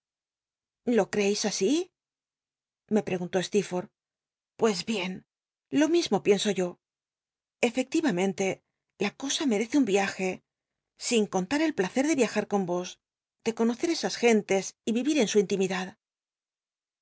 o creeis así me preguntó steerforth pues bien lo mismo pienso yo efectivamente la cosa merece un viaje sin contar el placer de iajar con vos de conoce esas gentes y vivir en su intimidad